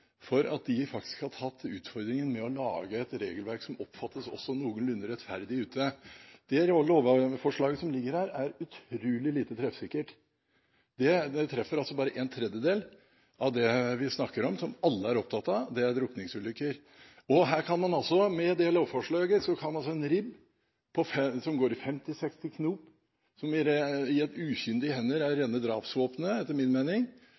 for at de faktisk har tatt utfordringen med å lage et regelverk som oppfattes som noenlunde rettferdig, også ute. Det lovforslaget som ligger her, er utrolig lite treffsikkert. Det treffer bare en tredjedel av det vi snakker om, som alle er opptatt av, og det er drukningsulykker. Med dette lovforslaget kan altså en RIB, som går i 50–60 knop, og som i ukyndige hender er rene drapsvåpenet, etter min mening,